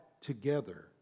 together